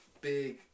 big